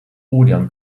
odeon